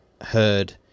heard